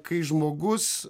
kai žmogus